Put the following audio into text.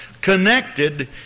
connected